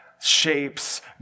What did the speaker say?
shapes